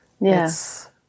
yes